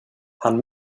han